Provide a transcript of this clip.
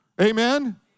Amen